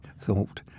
thought